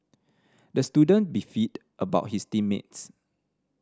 the student beefed about his team mates